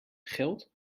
geld